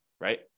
right